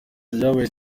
ryabaye